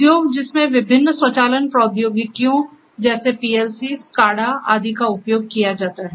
उद्योग जिनमें विभिन्न स्वचालन प्रौद्योगिकियों जैसे पीएलसी स्काडा आदि का उपयोग किया जाता है